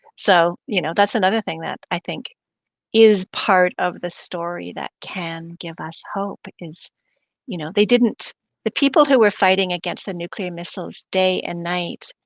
so you know that's another thing i think is part of the story that can give us hope, is you know they didn't the people who were fighting against the nuclear missiles day and night